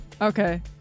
Okay